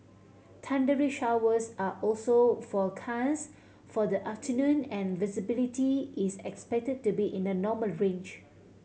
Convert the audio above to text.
thundery showers are also forecast for the afternoon and visibility is expected to be in the normal range